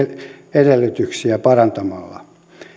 edellytyksiä parantamalla